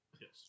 Yes